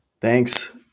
Thanks